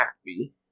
happy